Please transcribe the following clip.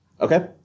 Okay